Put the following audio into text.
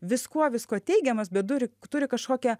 viskuo viskuo teigiamas bet turi turi kažkokią